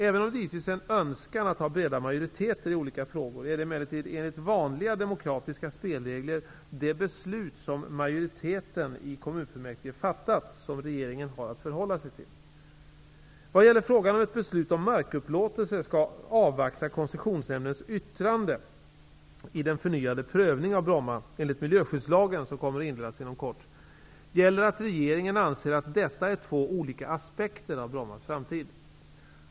Även om det givetvis är en önskan att ha breda majoriteter i olika frågor är det emellertid enligt vanliga demokratiska spelregler det beslut som majoriteten i kommunfullmäktige fattat som regeringen har att förhålla sig till. Vad gäller frågan om ett beslut om markupplåtelse skall avvakta koncessionsnämndens yttrande i den förnyade prövning av Bromma enligt miljöskyddslagen som kommer att inledas inom kort, gäller att regeringen anser att detta är två olika aspekter av Brommas framtid.